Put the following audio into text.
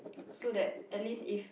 so that at least if